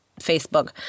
Facebook